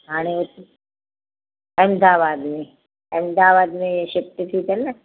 हाणे उत अहमदाबाद में अहमदाबाद में शिफ़्ट थी अथन न